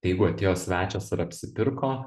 jeigu atėjo svečias ir apsipirko